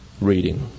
reading